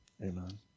Amen